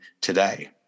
today